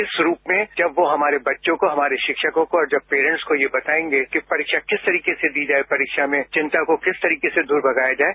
इस रूप में जब वो हमारे बच्चों को हमारे शिक्षकों को और जब पैरेंट्स को यह बतायेंगे कि परीक्षा किस तरीके से दी जाये परीक्षा में चिंता को किस तरीके से दूर भगाया जाये